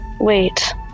Wait